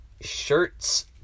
Shirts